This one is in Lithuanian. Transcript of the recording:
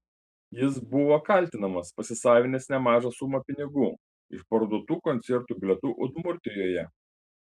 jis buvo kaltinamas pasisavinęs nemažą sumą pinigų iš parduotų koncertų bilietų udmurtijoje